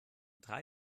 drei